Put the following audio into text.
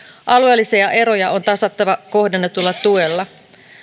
alueellisia eroja on tasattava kohdennetulla tuella